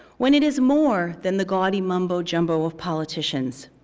when it is more than the gaudy mumbo-jumbo of politicians,